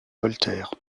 voltaire